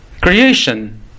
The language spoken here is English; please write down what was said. Creation